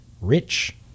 rich